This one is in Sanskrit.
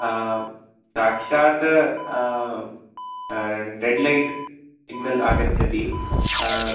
साक्षात् रेड् लैट् सिग्नल् आगच्छति